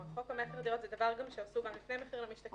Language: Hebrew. חוק המכר דירות זה דבר שעשו לפני מחיר למשתכן.